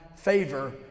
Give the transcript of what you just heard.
Favor